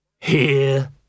Here